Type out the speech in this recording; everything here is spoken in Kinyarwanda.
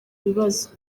ibibazo